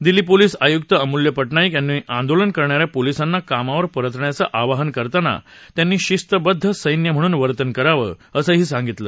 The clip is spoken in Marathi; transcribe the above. दिल्ली पोलिस आयुक्त अमूल्य पटनाईक यांनी आंदोलन करणाऱ्या पोलिसांना कामावर परतण्याचं आवाहन करताना त्यांनी शिस्तबद्ध सचि म्हणून वर्तन करावं असंही सांगितलं